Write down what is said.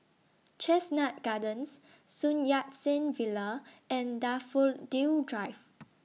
Chestnut Gardens Sun Yat Sen Villa and Daffodil Drive